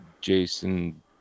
Jason